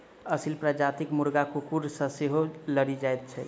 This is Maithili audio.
असील प्रजातिक मुर्गा कुकुर सॅ सेहो लड़ि जाइत छै